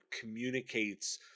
communicates